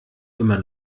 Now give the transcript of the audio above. immer